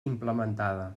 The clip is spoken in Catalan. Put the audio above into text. implementada